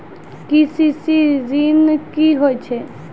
KCC ॠन की होय छै?